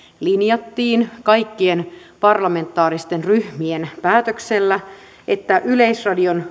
linjattiin kaikkien parlamentaaristen ryhmien päätöksellä yleisradion